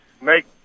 make